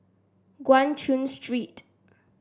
Guan Chuan Street